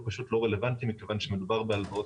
הוא פשוט לא רלוונטי כי מדובר בהלוואות